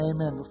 Amen